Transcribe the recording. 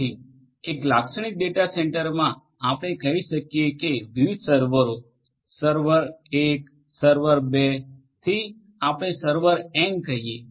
તેથી એક લાક્ષણિક ડેટા સેન્ટરમાં આપણે કહી શકીએ કે વિવિધ સર્વરો સર્વર 1 સર્વર 2 થી આપણે સર્વર એન કહીએ